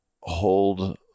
hold